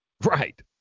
Right